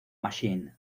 machine